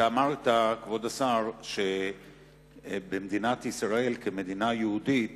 אמרת, כבוד השר, שבמדינת ישראל כמדינה יהודית